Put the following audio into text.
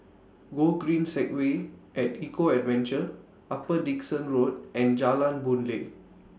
Gogreen Segway At Eco Adventure Upper Dickson Road and Jalan Boon Lay